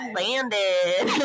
landed